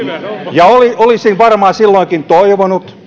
olisin varmaan silloinkin toivonut